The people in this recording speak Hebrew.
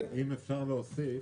אם אפשר להוסיף.